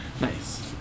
Nice